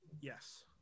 Yes